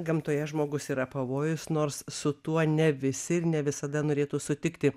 gamtoje žmogus yra pavojus nors su tuo ne visi ir ne visada norėtų sutikti